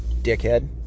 dickhead